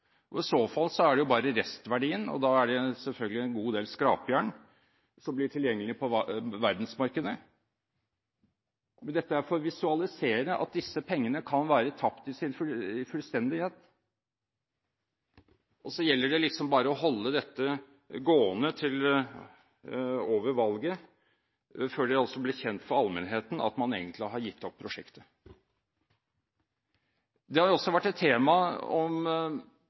det. I så fall er det bare restverdien: Det er selvfølgelig en god del skrapjern som vil bli tilgjengelig på verdensmarkedet. Men dette er for å visualisere at disse pengene kan være tapt i sin fullstendighet. Så gjelder det liksom bare å holde dette gående til over valget før det altså blir kjent for allmennheten at man egentlig har gitt opp prosjektet. Det har også vært et tema om